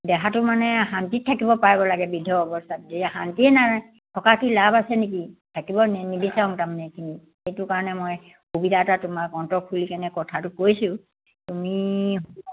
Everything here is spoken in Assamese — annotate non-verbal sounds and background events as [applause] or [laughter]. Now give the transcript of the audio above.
দেহাটো মানে শান্তিত থাকিব পাৰিব লাগে বৃদ্ধ অৱস্থাত যে শান্তিয়ে নাই থকা কি লাভ আছে নেকি থাকিব নিবিচাৰো তাৰ মানে সেইটো কাৰণে মই সুবিধা এটা তোমাৰ অন্তৰ খুলি কিনে কেনে কথাটো কৈছোঁ তুমি [unintelligible]